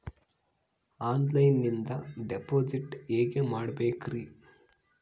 ಆನ್ಲೈನಿಂದ ಡಿಪಾಸಿಟ್ ಹೇಗೆ ಮಾಡಬೇಕ್ರಿ?